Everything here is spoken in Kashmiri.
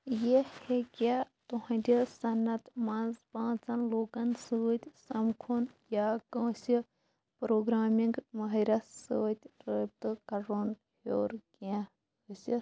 یہِ ہٮ۪کہِ تُہنٛدِ صعنت منٛز پانٛژن لوٗکَن سۭتۍ سمکھُن یا کٲنٛسہِ پرٛوگرامِنٛگ مٲہرَس سۭتۍ رٲبطہٕ کَرُن ہیٚور کیٚنٛہہ ٲسِتھ